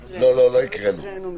לא, לא הקראנו.